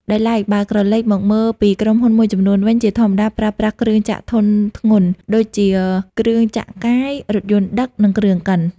ដោយឡែក បើក្រឡេកមកមើលពីក្រុមហ៊ុនមួយចំនួនវិញ ជាធម្មតាប្រើប្រាស់គ្រឿងចក្រធុនធ្ងន់ ដូចជា គ្រឿងចក្រកាយ រថយន្តដឹក និងគ្រឿងកិន។